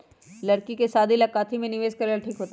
लड़की के शादी ला काथी में निवेस करेला ठीक होतई?